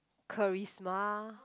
charisma